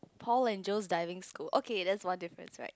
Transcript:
Paul and Joe's Diving School okay that's one difference right